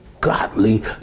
godly